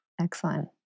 excellent